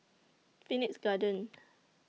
Phoenix Garden